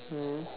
mm